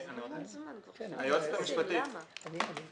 אני יכול